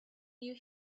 you